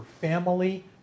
family